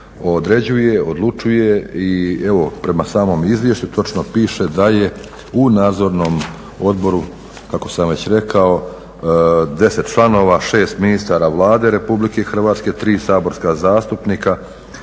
određuje, odlučuje i evo prema samom izvješću točno piše da je u nadzornom odboru kako sam već rekao 10 članova, 6 ministara Vlade RH, 3 saborska zastupnika,